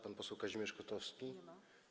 Pan poseł Kazimierz Kotowski.